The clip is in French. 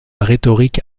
rhétorique